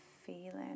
feeling